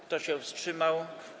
Kto się wstrzymał?